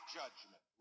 judgment